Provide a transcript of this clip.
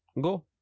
go